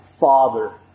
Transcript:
father